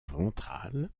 ventrale